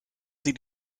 sie